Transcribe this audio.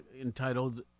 entitled